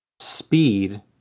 Speed